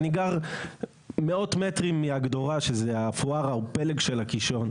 אני גר מאות מטרים מהגדורה שזה הפואר הפלג של הקישון,